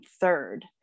third